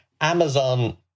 Amazon